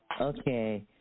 okay